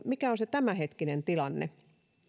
mikä on se tämänhetkinen tilanne